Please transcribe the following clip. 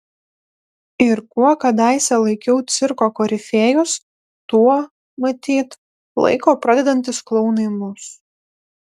ir kuo kadaise laikiau cirko korifėjus tuo matyt laiko pradedantys klounai mus